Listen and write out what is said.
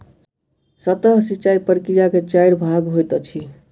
सतह सिचाई प्रकिया के चाइर भाग होइत अछि